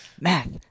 Math